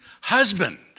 husband